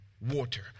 water